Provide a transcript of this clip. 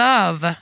Love